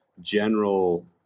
general